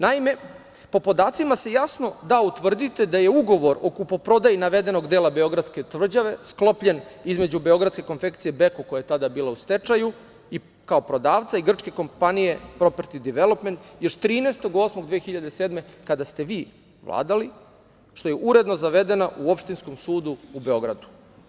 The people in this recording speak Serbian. Naime, po podacima se jasno da utvrditi da je ugovor o kupoprodaji navedenog dela beogradske tvrđave sklopljen između Beogradske konfekcije „Beko“ koja je tada bila u stečaju, kao prodavca i grčke kompanije „Properti development“ još 13. 08. 2007. kada ste vi vladali, što je uredno zavedeno u opštinskom sudu u Beogradu.